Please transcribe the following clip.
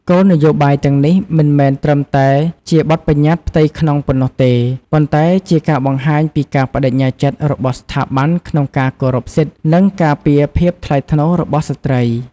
គោលនយោបាយទាំងនេះមិនមែនត្រឹមតែជាបទប្បញ្ញត្តិផ្ទៃក្នុងប៉ុណ្ណោះទេ ប៉ុន្តែជាការបង្ហាញពីការប្តេជ្ញាចិត្តរបស់ស្ថាប័នក្នុងការគោរពសិទ្ធិ និងការពារភាពថ្លៃថ្នូររបស់ស្ត្រី។